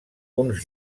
uns